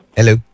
Hello